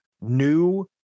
new